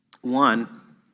one